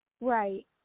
right